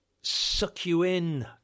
suck-you-in